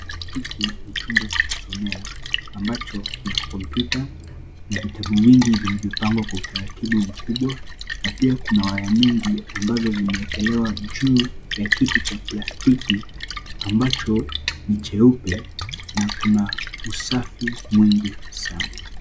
Hiki ni chumba cha kusomea, ambacho kina computer na vitabu vingi vilivyopangwa kwa utaratibu mkubwa na pia kuna waya mingi ambazo zimeekelewa juu ya kiti cha plastiki ambacho ni cheupe na kuna usafi mwingi sana.